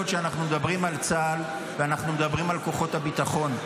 כשאנחנו מדברים על צה"ל ואנחנו מדברים על כוחות הביטחון.